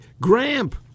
Gramp